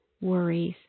worries